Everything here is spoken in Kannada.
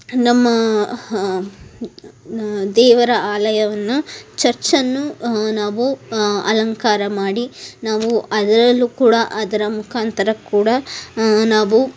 ನಮ್ಮ ಹ ನಾ ದೇವರ ಆಲಯವನ್ನು ಚರ್ಚನ್ನು ನಾವು ಅಲಂಕಾರ ಮಾಡಿ ನಾವು ಅದ್ರಲ್ಲೂ ಕೂಡ ಅದರ ಮುಖಾಂತರ ಕೂಡ ನಾವು